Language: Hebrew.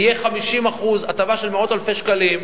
יהיה 50% הטבה של מאות אלפי שקלים.